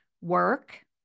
Work